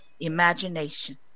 imagination